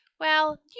Well